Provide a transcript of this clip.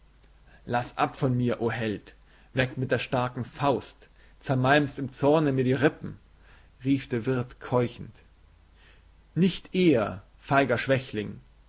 laß ab von mir o held weg mit der starken faust zermalmst im zorne mir die rippen rief der wirt keuchend nicht eher feiger schwächling